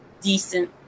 decent